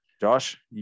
Josh